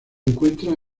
encuentra